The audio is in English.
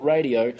Radio